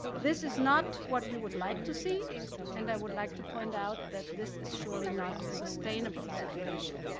this is not what we would like to see and i would like to point out that this is truly not a sustainable situation.